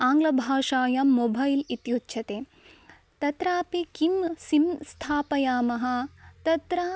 आङ्ग्लभाषायां मोभैल् इत्युच्यते तत्रापि किं सिं स्थापयामः तत्र